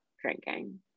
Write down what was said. drinking